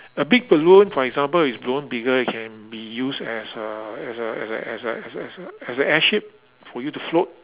a big balloon for example if it's blown bigger it can be used as a as a as a as a as a as a as a airship for you to float